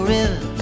River